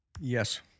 Yes